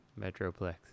Metroplex